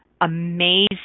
amazing